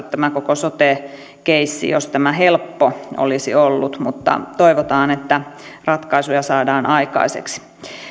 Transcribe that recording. tämä koko sote keissi olisi ratkaistu jos tämä helppo olisi ollut mutta toivotaan että ratkaisuja saadaan aikaiseksi